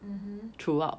mmhmm